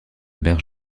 mère